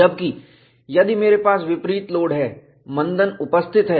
जबकि यदि मेरे पास विपरीत लोड है मंदन उपस्थित है